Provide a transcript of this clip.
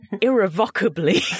irrevocably